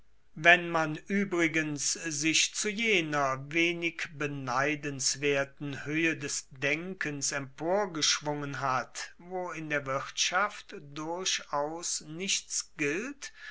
wenn man uebrigens sich zu jener wenig beneidenswerten hoehe des denkens emporgeschwungen hat wo in der wirtschaft durchaus nichts gilt